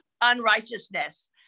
unrighteousness